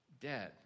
dead